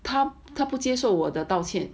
他他不接受我的道歉